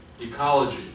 ecology